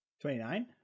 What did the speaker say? Twenty-nine